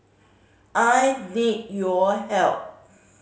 I need your help